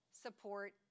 support